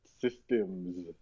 systems